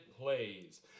plays